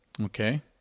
okay